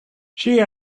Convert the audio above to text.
she